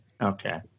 Okay